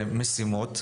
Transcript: שילוב.